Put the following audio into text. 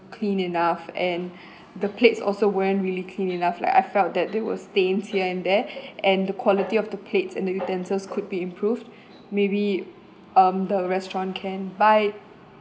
clean enough and the plates also weren't really clean enough like I felt that there was stains here and there and the quality of the plates and the utensils could be improved maybe um the restaurant can buy